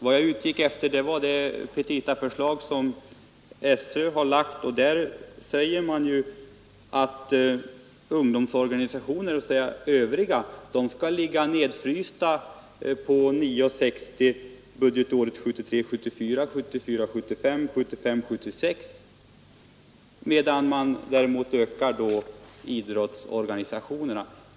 Vad jag utgick från var det petitaförslag som skolöverstyrelsen nu har lagt fram, där det heter att ungdomsorganisationer — dvs. övriga ungdomsorganisationer skall ligga kvar på ett aktivitetsstöd av 9:60 kronor under budgetåren 1973 75 och 1975/76, medan man däremot ökar anslagen till idrottsorganisationerna.